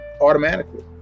automatically